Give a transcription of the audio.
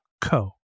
co